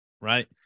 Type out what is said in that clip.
right